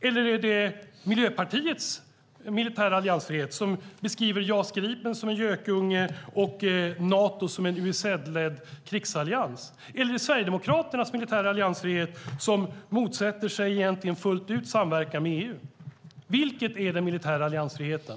Eller är det Miljöpartiets militära alliansfrihet, som beskriver JAS Gripen som en gökunge och Nato som en USA-ledd krigsallians? Eller är det Sverigedemokraternas militära alliansfrihet, som egentligen fullt ut motsätter sig samverkan med EU? Vilken är den militära alliansfriheten?